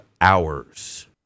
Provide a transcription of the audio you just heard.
hours